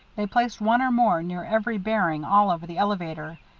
they placed one or more near every bearing all over the elevator.